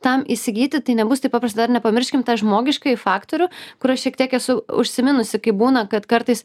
tam įsigyti tai nebus taip paprasta dar nepamirškim tą žmogiškąjį faktorių kur aš šiek tiek esu užsiminusi kaip būna kad kartais